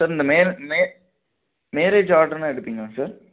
sir இந்த மேரே மே மேரேஜ் ஆட்ருலாம் எடுப்பீங்களா சார்